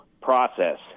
process